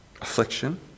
affliction